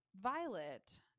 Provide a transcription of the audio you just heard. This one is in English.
Violet